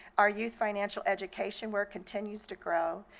our youth financial education work continues to grow.